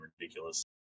ridiculous